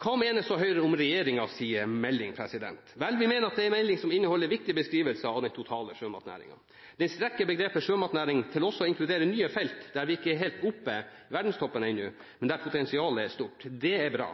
Hva mener så Høyre om regjeringens melding? Vi mener at det er en melding som inneholder viktige beskrivelser av den totale sjømatnæringen. Den strekker begrepet sjømatnæring til også å inkludere nye felt der vi ennå ikke er helt oppe i verdenstoppen, men der potensialet er stort. Det er bra.